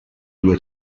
due